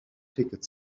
ticket